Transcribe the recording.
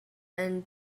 and